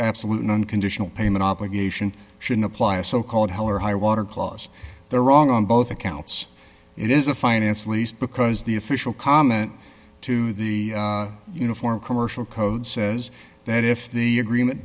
absolute and conditional payment obligation should apply a so called hell or highwater clause they're wrong on both accounts it is a finance least because the official comment to the uniform commercial code says that if the agreement